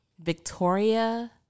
Victoria